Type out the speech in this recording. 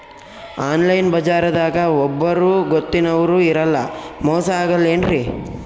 Online ಬಜಾರದಾಗ ಒಬ್ಬರೂ ಗೊತ್ತಿನವ್ರು ಇರಲ್ಲ, ಮೋಸ ಅಗಲ್ಲೆನ್ರಿ?